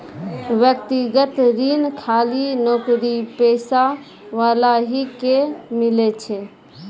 व्यक्तिगत ऋण खाली नौकरीपेशा वाला ही के मिलै छै?